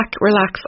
relax